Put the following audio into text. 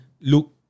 look